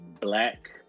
black